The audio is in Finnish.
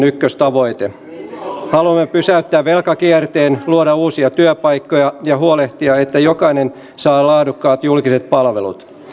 haluamme pysäyttää velkakierteen luoda uusia työpaikkoja ja huolehtia että jokainen saa laadukkaat julkiset palvelut